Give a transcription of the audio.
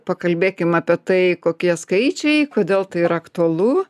pakalbėkime apie tai kokie skaičiai kodėl tai yra aktualu